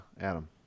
Adam